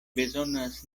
bezonas